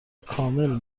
کامل